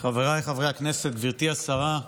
חבריי חברי הכנסת, גברתי השרה,